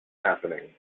happening